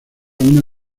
una